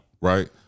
Right